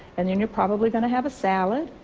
and you know probably going to have a salad.